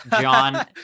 John